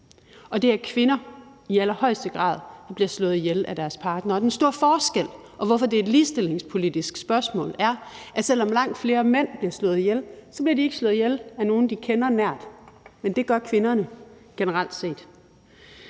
og det er i allerhøjeste grad kvinder, som bliver slået ihjel af deres partnere. Den store forskel og grunden til, at det er et ligestillingspolitisk spørgsmål, er, at selv om langt flere mænd bliver slået ihjel, så bliver de ikke slået ihjel af nogen, de kender nært, men det gør kvinderne generelt set.